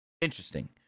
Interesting